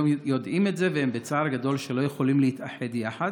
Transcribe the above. הם יודעים את זה והם בצער גדול שהם לא יכולים להתאחד יחד.